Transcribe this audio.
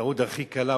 טעות הכי קלה,